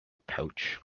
pouch